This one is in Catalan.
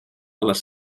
les